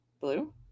Blue